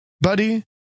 buddy